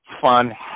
fun